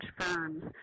firms